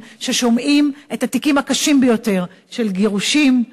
ששומעים את התיקים הקשים ביותר של גירושים,